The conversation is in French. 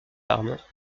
armes